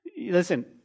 Listen